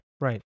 right